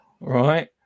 right